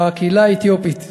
בקהילה האתיופית,